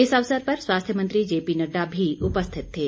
इस अवसर पर स्वास्थ्य मंत्री जें पी नड्डा भी उपस्थित थे